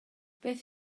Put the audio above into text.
beth